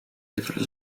leveren